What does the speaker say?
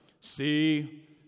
See